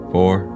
Four